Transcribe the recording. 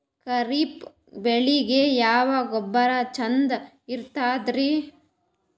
ಖರೀಪ್ ಬೇಳಿಗೆ ಯಾವ ಗೊಬ್ಬರ ಚಂದ್ ಇರತದ್ರಿ?